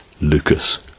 Lucas